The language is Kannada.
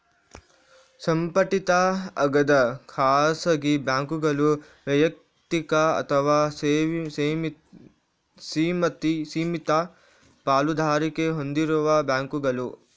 ಸಂಘಟಿತ ಆಗದ ಖಾಸಗಿ ಬ್ಯಾಂಕುಗಳು ವೈಯಕ್ತಿಕ ಅಥವಾ ಸೀಮಿತ ಪಾಲುದಾರಿಕೆ ಹೊಂದಿರುವ ಬ್ಯಾಂಕುಗಳು